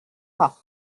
pas